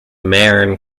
marin